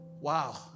Wow